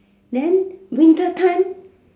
then winter time